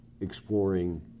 exploring